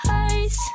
eyes